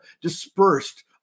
dispersed